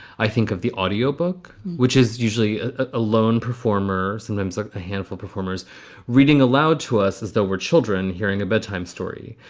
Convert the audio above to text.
i think of the audiobook, which is usually a lone performer, sometimes like a handful performers reading aloud to us as though we're children hearing a bedtime story.